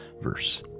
verse